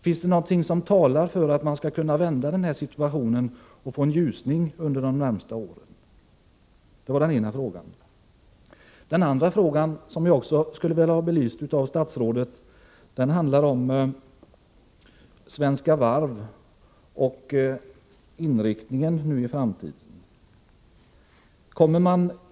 Finns det någonting som talar för att man skulle kunna vända på situationen och få en ljusning under de närmaste åren? En annan fråga, som jag också skulle vilja ha belyst av statsrådet, handlar om Svenska Varv och inriktningen av dess verksamhet i framtiden.